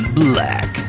black